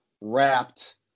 wrapped